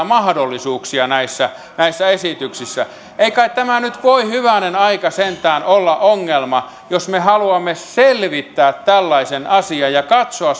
mahdollisuuksia näissä näissä esityksissä ei kai tämä nyt voi hyvänen aika sentään olla ongelma jos me haluamme selvittää tällaisen asian ja katsoa